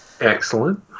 Excellent